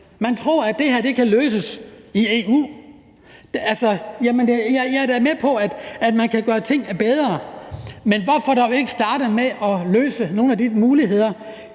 Man tror, at det her kan løses i EU. Jeg er da med på, at man kan gøre ting bedre, men hvorfor dog ikke starte med at løse nogle af de problemer,